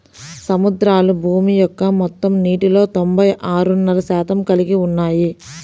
సముద్రాలు భూమి యొక్క మొత్తం నీటిలో తొంభై ఆరున్నర శాతం కలిగి ఉన్నాయి